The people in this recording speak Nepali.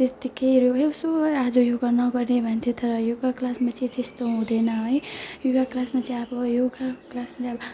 त्यत्तिकै होस् हौ आज योगा नगर्ने भन्थेँ तर योगा क्लासमा चाहिँ त्यस्तो हुँदैन है योगा क्लासमा चाहिँ अब योगा क्लासमा चाहिँ अब